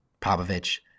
Popovich